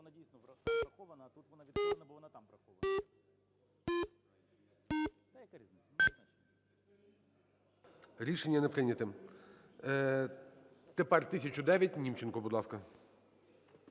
Рішення не прийнято. Тепер 1009. Німченко, будь ласка.